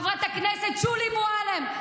חברת הכנסת שולי מועלם,